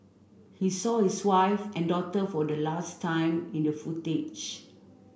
he saw his wife and daughter for the last time in the footage